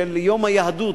"יום היהדות",